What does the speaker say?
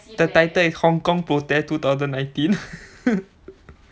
the title is hong kong protest two thousand nineteen